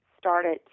started